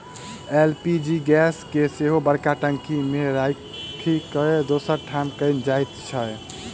LPG gas के सेहो बड़का टंकी मे राखि के दोसर ठाम कयल जाइत छै